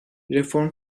reform